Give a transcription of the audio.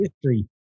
history